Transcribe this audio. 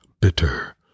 bitter